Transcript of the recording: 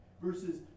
Verses